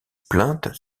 plainte